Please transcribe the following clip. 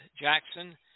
Jackson